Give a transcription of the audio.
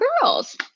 girls